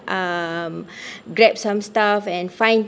um grab some stuff and find